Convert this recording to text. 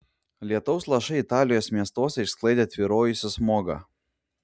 lietaus lašai italijos miestuose išsklaidė tvyrojusį smogą